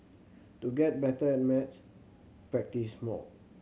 to get better at maths practise more